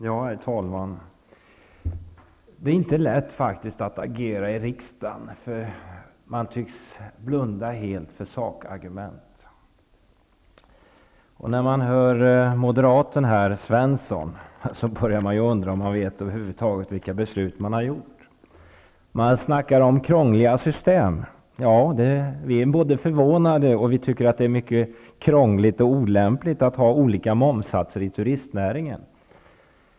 Herr talman! Det är faktiskt inte lätt att agera i riksdagen, eftersom man helt tycks blunda för sakargument. När jag hör moderaten Karl-Gösta Svenson börjar jag undra om han över huvud taget vet vilka beslut som har fattats. Man pratar om krångliga system. Ja, vi är förvånade och tycker att det är mycket krångligt och olämpligt att ha olika momssatser inom turistnäringen.